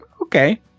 Okay